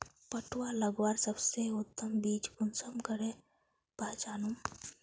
पटुआ लगवार सबसे उत्तम बीज कुंसम करे पहचानूम?